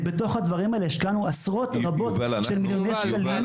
בתוך הדברים האלה השקענו עשרות רבות של מיליוני שקלים.